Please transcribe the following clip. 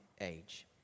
age